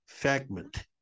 segment